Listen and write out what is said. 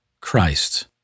Christ